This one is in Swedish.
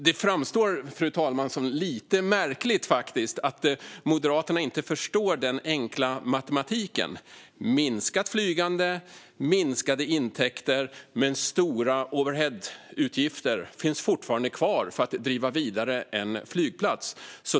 Det framstår, fru talman, som lite märkligt att Moderaterna inte förstår den enkla matematiken. Det blir minskat flygande och minskade intäkter, men det finns fortfarande kvar stora overheadutgifter för att driva vidare en flygplats.